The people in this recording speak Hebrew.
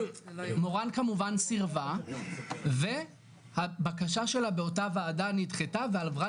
מורן כמובן סירבה והבקשה שלה באותה ועדה נדחתה ועברה